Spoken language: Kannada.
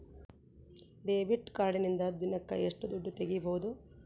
ಡೆಬಿಟ್ ಕಾರ್ಡಿನಿಂದ ದಿನಕ್ಕ ಎಷ್ಟು ದುಡ್ಡು ತಗಿಬಹುದು?